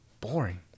boring